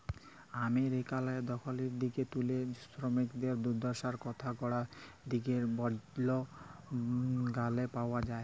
আমেরিকারলে দখ্খিল দিগে তুলে সমিকদের দুদ্দশার কথা গড়া দিগের বল্জ গালে পাউয়া যায়